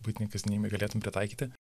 buitinėj kasdienybėj galėtum pritaikyti